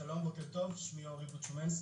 שלום ובוקר טוב, שמי אורי בוצ'ומנסקי,